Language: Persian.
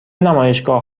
نمایشگاه